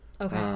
Okay